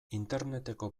interneteko